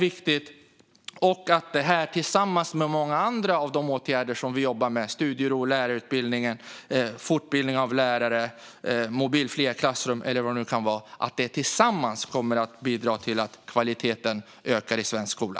Detta kommer tillsammans med många andra av de åtgärder som vi jobbar med - studiero, lärarutbildning, fortbildning av lärare, mobilfria klassrum eller vad det nu kan vara - att bidra till att kvaliteten ökar i svensk skola.